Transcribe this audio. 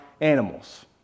animals